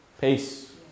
Peace